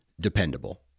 dependable